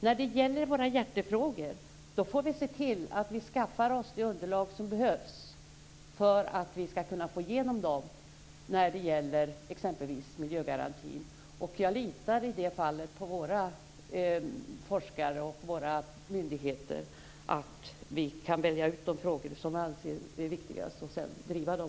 När det gäller våra hjärtefrågor får vi se till att vi skaffar oss det underlag som behövs för att vi skall kunna få igenom dem. Det gäller t.ex. miljögarantin. Jag liter i det fallet på våra forskare och våra myndigheter så att vi kan välja ut de frågor som vi anser är viktigast och sedan driva dem.